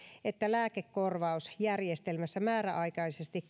että lääkekorvausjärjestelmässä määräaikaisesti